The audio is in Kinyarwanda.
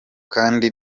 kandi